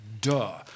Duh